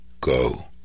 go